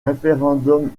référendum